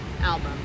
album